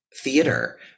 theater